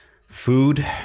Food